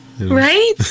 Right